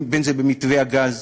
אם במתווה הגז